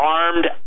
armed